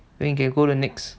then you can can go the next